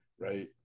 right